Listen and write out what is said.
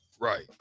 Right